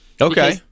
okay